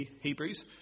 Hebrews